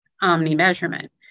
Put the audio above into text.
omni-measurement